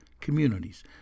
Communities